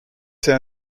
see